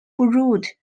brewed